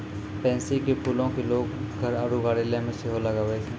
pansy के फूलो के लोगें घर आरु कार्यालय मे सेहो लगाबै छै